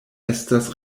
estas